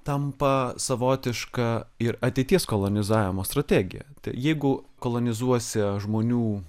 tampa savotiška ir ateities kolonizavimo strategija jeigu kolonizuosi žmonių